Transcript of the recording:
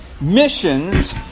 Missions